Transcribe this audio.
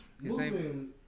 Moving